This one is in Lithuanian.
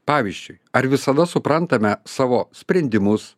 pavyzdžiui ar visada suprantame savo sprendimus